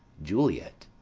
juliet,